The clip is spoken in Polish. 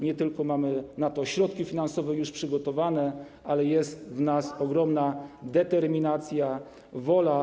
Nie tylko mamy na to środki finansowe już przygotowane, ale jest w nas ogromna determinacja, wola.